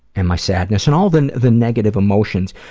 and my sadness, and all the and the negative emotions.